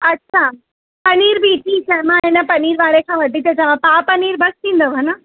अच्छा पनीर बि ठीकु आहे मां हिन पनीर वारे खां वठी थी अचां पाउ पनीर बसि थींदव है न